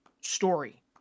story